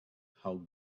how